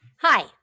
Hi